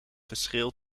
verschil